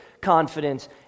confidence